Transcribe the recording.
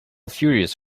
furious